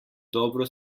dobro